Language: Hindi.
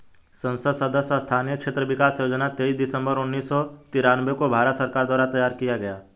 संसद सदस्य स्थानीय क्षेत्र विकास योजना तेईस दिसंबर उन्नीस सौ तिरान्बे को भारत सरकार द्वारा तैयार किया गया